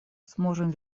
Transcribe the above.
сможем